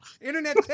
Internet